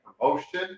promotion